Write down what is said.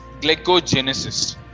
glycogenesis